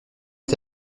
est